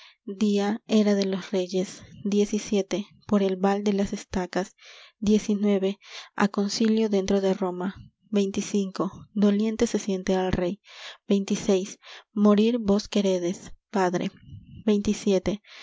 día era de los reyes diez y siete por el val de las estacas a concilio dentro en roma doliente se siente el rey morir vos queredes padre